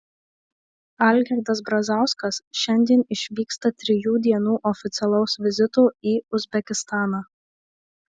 algirdas brazauskas šiandien išvyksta trijų dienų oficialaus vizito į uzbekistaną